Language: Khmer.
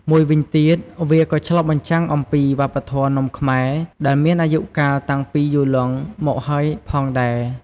មួយវិញទៀត វាក៏ឆ្លុះបញ្ចាំងអំពីវប្បធម៌នំខ្មែរដែលមានអាយុកាលតាំងពីយូរលង់មកហើយផងដែរ។